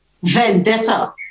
vendetta